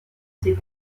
ses